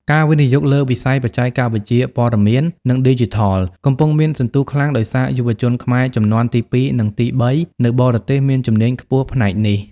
ការវិនិយោគលើវិស័យបច្ចេកវិទ្យាព័ត៌មាន និងឌីជីថល កំពុងមានសន្ទុះខ្លាំង ដោយសារយុវជនខ្មែរជំនាន់ទី ២ និងទី ៣ នៅបរទេសមានជំនាញខ្ពស់ផ្នែកនេះ។